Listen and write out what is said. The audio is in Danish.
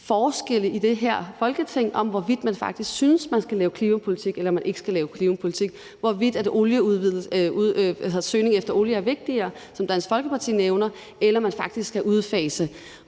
forskelle i det her Folketing på, hvorvidt man faktisk synes, man skal lave klimapolitik eller man ikke skal lave klimapolitik, og hvorvidt søgning efter olie er vigtigere, som Dansk Folkeparti nævner, eller om man faktisk skal udfase